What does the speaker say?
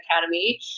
Academy